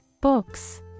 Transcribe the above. books